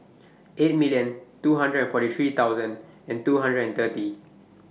eight million two hundred and forty three thousand and two hundred and thirty